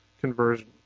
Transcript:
conversion